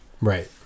Right